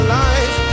life